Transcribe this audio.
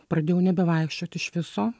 pradėjau nebevaikščiot išviso